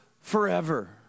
forever